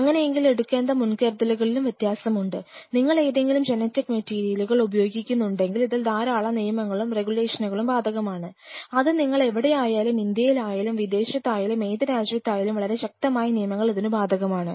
അങ്ങനെയെങ്കിൽ എടുക്കേണ്ട മുൻകരുതലുകളിലും വ്യത്യാസമുണ്ട് നിങ്ങൾ ഏതെങ്കിലും ജനറ്റിക് മെറ്റീരിയലുകൾ ഉപയോഗിക്കുന്നുണ്ടെങ്കിൽ ഇതിൽ ധാരാളം നിയമങ്ങളും റെഗുലേഷനുകളും ബാധകമാണ് അത് നിങ്ങൾ എവിടെ ആയാലും ഇന്ത്യയിലായാലും വിദേശത്തായാലും ഏത് രാജ്യത്തായാലും വളരെ ശക്തമായ നിയമങ്ങൾ ഇതിനു ബാധകമാണ്